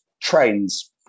Trains